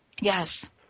Yes